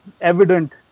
evident